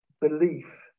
belief